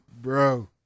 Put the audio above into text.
Bro